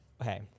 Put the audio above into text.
okay